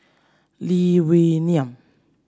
Lee Wee Nam